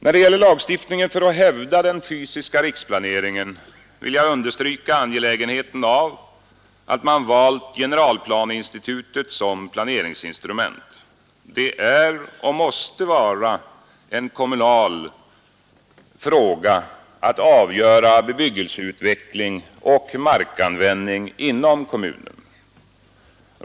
När det gäller lagstiftningen för att hävda den fysiska riksplaneringen vill jag understryka betydelsen av att man valt generalplaneinstitutet som planeringsinstrument. Det är och måste vara en kommunal fråga att avgöra bebyggelseutveckling och markanvändning inom kommunen.